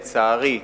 לצערי,